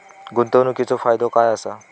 गुंतवणीचो फायदो काय असा?